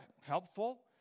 helpful